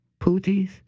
Pooties